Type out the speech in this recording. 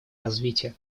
развития